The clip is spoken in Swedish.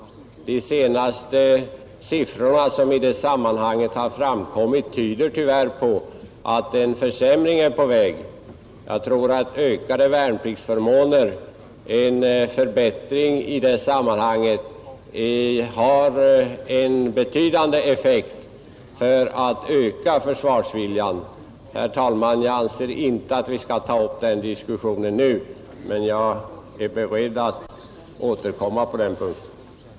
De senaste siffror som har Nr 84 framkommit i detta sammanhang antyder tyvärr att en försämring är på — Onsdagen den väg. Jag tror att en förbättring av värnpliktsförmånerna har en betydande 12 maj 1971 effekt för att öka försvarsviljan. TES Specialtjänstuttagna Herr talman! Jag anser inte att vi nu skall ta upp en diskussion om mivlikte pild. detta, men jag är beredd att återkomma på den här punkten.